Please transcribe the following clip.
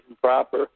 proper